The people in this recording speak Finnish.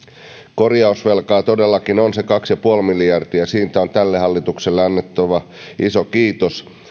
korjausvelkaa todellakin on se kaksi ja puoli miljardia siitä on tälle hallitukselle annettava iso kiitos